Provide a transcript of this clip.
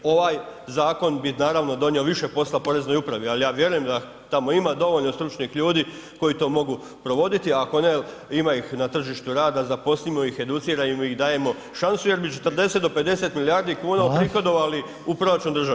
Ovaj zakon bi naravno donio više posla poreznoj upravi, ali ja vjerujem da tamo ima dovoljno stručnih ljudi koji to mogu provoditi, ako ne, ima ih na tržištu rada, zaposlimo ih, educirajmo ih, dajmo im šansu jer bi među 40 do 50 milijardi kuna [[Upadica: Hvala]] uprihodovali u proračun države.